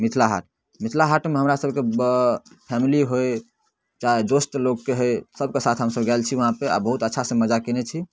मिथिला हाट मिथिला हाटमे हमरा सबके फैमिली होइ चाहे दोस्त लोकके होइ सबके साथ हमसब गेल छी वहाँपर आओर बहुत अच्छासँ मजा कयने छी